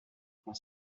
prend